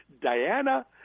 diana